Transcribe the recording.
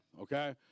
okay